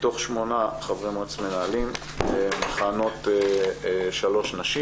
מתוך שמונה חברי מועצת מנהלים מכהנות שלוש נשים.